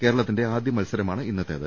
കേരളത്തിന്റെ ആദ്യ മത്സരമാണ് ഇന്ന ത്തേത്